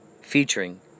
featuring